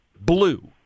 blue